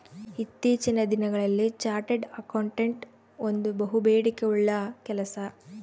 ಇತ್ತೀಚಿನ ದಿನಗಳಲ್ಲಿ chartered accountant ಒಂದು ಬಹುಬೇಡಿಕೆ ಉಳ್ಳ ಕೆಲಸ